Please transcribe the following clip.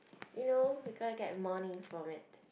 you know we gotta get money from it